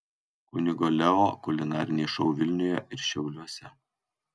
kunigo leo kulinariniai šou vilniuje ir šiauliuose